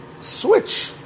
switch